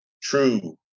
true